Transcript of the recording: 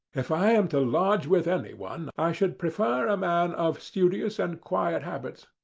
if i am to lodge with anyone, i should prefer a man of studious and quiet habits.